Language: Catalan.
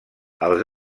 els